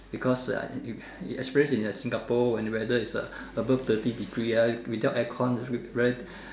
because uh if we experience in Singapore when the weather is uh above thirty degree ah without aircon it will be very